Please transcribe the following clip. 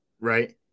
right –